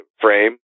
frame